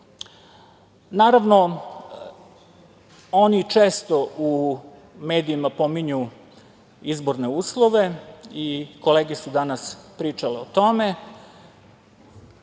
Vučića. Naravno, oni često u medijima pominju izborne uslove i kolege su danas pričale o tome,